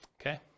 Okay